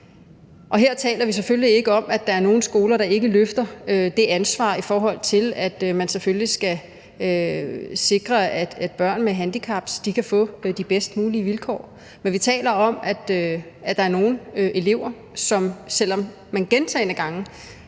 Her taler vi selvfølgelig ikke om, at der er nogle skoler, der ikke løfter det ansvar, i forhold til at man selvfølgelig skal sikre, at børn med handicap kan få de bedst mulige vilkår. Men vi taler om, at der er nogle elever, som, selv om man gentagne gange